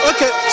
Okay